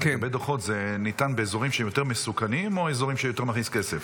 זה ניתן באזורים שהם יותר מסוכנים או אזורים שיותר מכניסים כסף?